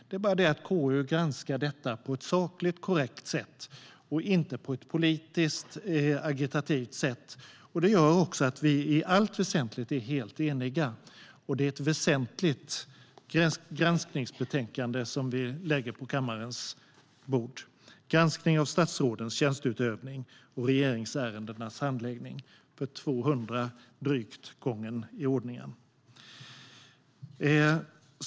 Det är bara det att KU granskar detta på ett sakligt och korrekt sätt och inte på ett politiskt agiterande sätt. Det gör också att vi i allt väsentligt är helt eniga. Det är också ett väsentligt granskningsbetänkande, Granskning av statsrådens tjänsteutövning och regeringsärendenas handläggning , vi lägger på kammarens bord för den drygt tvåhundrade gången i ordningen.